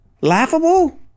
Laughable